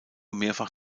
mehrfach